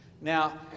Now